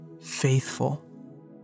faithful